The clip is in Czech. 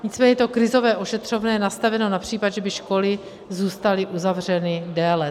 Nicméně to krizové ošetřovné je nastaveno na případ, že by školy zůstaly uzavřeny déle.